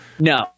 No